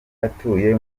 atuye